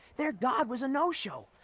their god was a no-show.